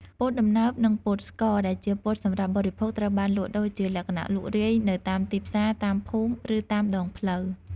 ពោតដំណើប និងពោតស្ករ ដែលជាពោតសម្រាប់បរិភោគ ត្រូវបានលក់ដូរជាលក្ខណៈលក់រាយនៅតាមទីផ្សារ តាមភូមិ ឬតាមដងផ្លូវ។